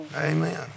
Amen